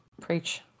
Preach